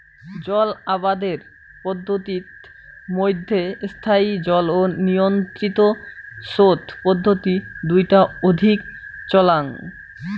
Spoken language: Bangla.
জল আবাদের পদ্ধতিত মইধ্যে স্থায়ী জল ও নিয়ন্ত্রিত সোত পদ্ধতি দুইটা অধিক চলাং